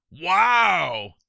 Wow